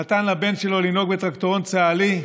שנתן לבן שלו לנהוג בטרקטורון צה"לי,